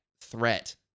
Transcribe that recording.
threat